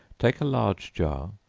take a large jar,